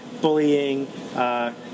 bullying